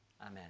amen